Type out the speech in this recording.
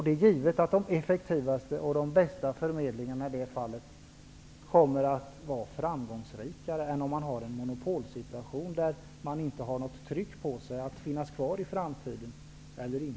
Det är givet att de effektivaste och bästa förmedlingarna kommer att vara framgångsrikare än om vi har en monopolsituation, där förmedlingen inte har något tryck på sig för att få finnas kvar i framtiden.